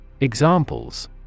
Examples